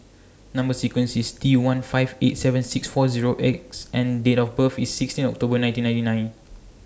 Number sequence IS T one five eight seven six four Zero X and Date of birth IS sixteen October nineteen ninety nine